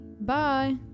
Bye